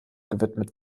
gewidmet